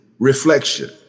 Reflection